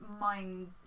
mind